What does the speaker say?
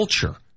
culture